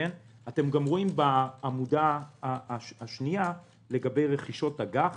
אתם גם רואים בעמודה השנייה לגבי רכישות אג"ח